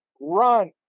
run